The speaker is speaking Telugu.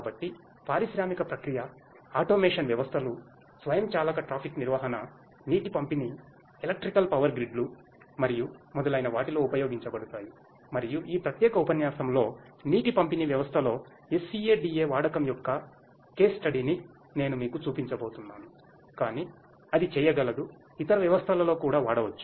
కాబట్టి పారిశ్రామిక ప్రక్రియ ఆటోమేషన్ ని నేను మీకు చూపించబోతున్నాను కాని అది చేయగలదు ఇతర వ్యవస్థలలో కూడా వాడవచ్చు